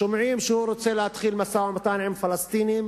שומעים שהוא רוצה להתחיל משא-ומתן עם הפלסטינים